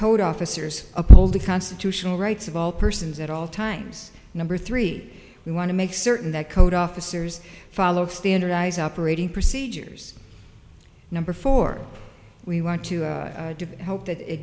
code officers uphold the constitutional rights of all persons at all times number three we want to make certain that code officers follow standardize operating procedures number four we want to hope that it